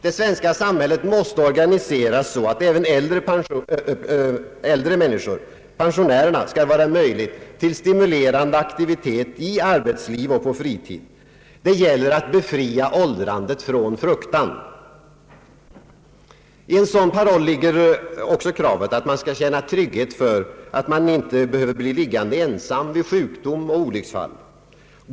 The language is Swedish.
Det svenska samhället måste organiseras så att det även för äldre människor, för pensionärerna, skall finnas möjlighet till stimulerande aktivitet i arbetsliv och på fritid. Det gäller att befria åldrandet från fruktan. I en sådan paroll ligger också kravet att man skall känna trygghet för att inte behöva bli liggande ensam vid sjukdom och olycksfall.